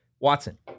Watson